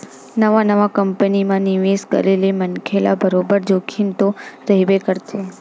नवा नवा कंपनी म निवेस करे ले मनखे ल बरोबर जोखिम तो रहिबे करथे